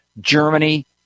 Germany